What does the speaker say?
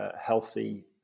healthy